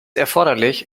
erforderlich